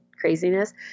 craziness